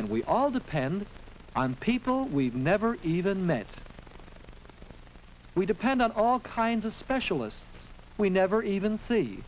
and we all depend on people we've never even met we depend on all kinds of specialists we never even see